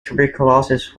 tuberculosis